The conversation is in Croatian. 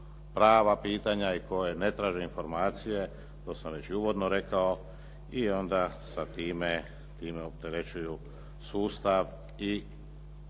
prava pitanja i koja ne traže informacije, to sam već i uvodno rekao i onda sa time opterećuju sustav i stvaraju